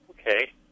Okay